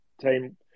team